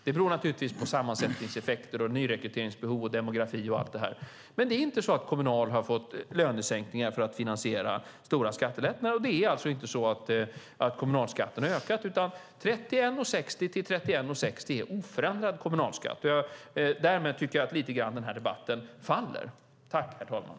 Det beror naturligtvis på sammansättning, nyrekryteringsbehov, demografi och så vidare, men det är inte så att Kommunals medlemmar har fått lönesänkningar för att finansiera stora skattelättnader. Kommunalskatten har alltså inte ökat, utan 31:60 till 31:60 är en oförändrad kommunalskatt. Därmed tycker jag att den här debatten faller lite grann.